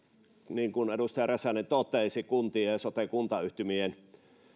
niin kuin edustaja räsänen totesi kuntien ja sote kuntayhtymien